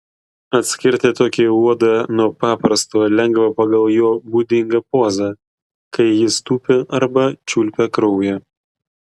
atskirti tokį uodą nuo paprasto lengva pagal jo būdingą pozą kai jis tupi arba čiulpia kraują